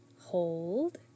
Hold